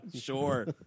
Sure